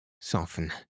soften